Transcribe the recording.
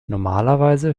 normalerweise